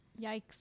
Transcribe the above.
Yikes